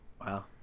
Wow